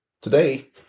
Today